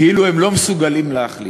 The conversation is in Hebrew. כאילו הם לא מסוגלים להחליט.